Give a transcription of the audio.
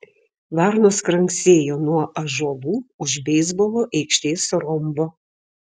varnos kranksėjo nuo ąžuolų už beisbolo aikštės rombo